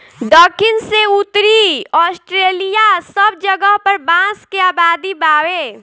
दखिन से उत्तरी ऑस्ट्रेलिआ सब जगह पर बांस के आबादी बावे